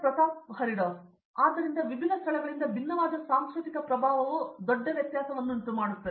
ಪ್ರತಾಪ್ ಹರಿದಾಸ್ ಆದ್ದರಿಂದ ವಿಭಿನ್ನ ಸ್ಥಳಗಳಿಂದ ಭಿನ್ನವಾದ ಸಾಂಸ್ಕೃತಿಕ ಪ್ರಭಾವವು ದೊಡ್ಡ ವ್ಯತ್ಯಾಸವನ್ನುಂಟುಮಾಡುತ್ತದೆ